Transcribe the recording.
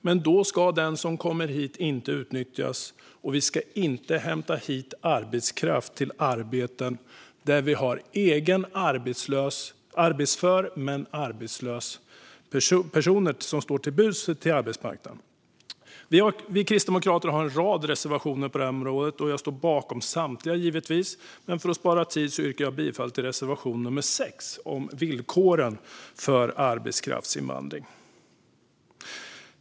Men då ska den som kommer hit inte utnyttjas, och vi ska inte hämta hit arbetskraft till arbeten där vi har egna arbetsföra men arbetslösa personer som står till buds för arbetsmarknaden. Vi kristdemokrater har en rad reservationer, och jag står givetvis bakom samtliga. Men för att spara tid yrkar jag bifall till reservation nummer 6 om villkoren för arbetskraftsinvandring.